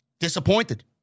Disappointed